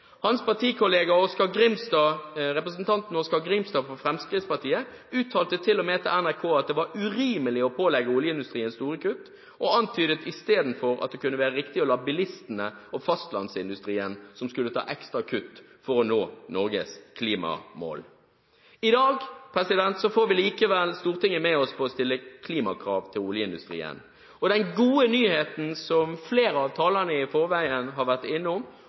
Hans partikollega representanten Oskar J. Grimstad fra Fremskrittspartiet uttalte til og med til NRK at det var urimelig å pålegge oljeindustrien store kutt, og antydet i stedet at det kunne være riktig å la bilistene og fastlandsindustrien ta ekstra kutt for å nå Norges klimamål. I dag får vi likevel Stortinget med oss på å stille klimakrav til oljeindustrien. Den gode nyheten – som flere av talerne har vært innom,